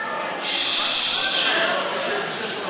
תיכנסו פנימה.